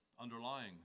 underlying